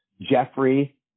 Jeffrey